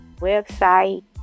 website